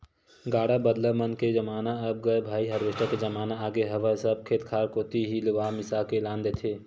गाड़ा बदला मन के जमाना अब गय भाई हारवेस्टर के जमाना आगे हवय सब खेत खार कोती ही लुवा मिसा के लान देथे